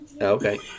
Okay